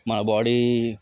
మా బాడీ